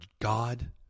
God